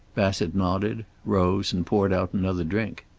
bassett nodded, rose and poured out another drink.